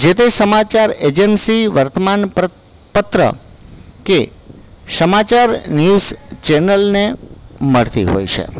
જે તે સમાચાર એજન્સી વર્તમાન પ્ર પત્ર કે સમાચાર ન્યૂઝ ચેનલને મળતી હોય છે